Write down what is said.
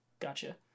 Gotcha